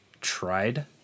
tried